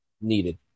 needed